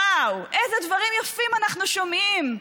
וואו, איזה דברים יפים אנחנו שומעים.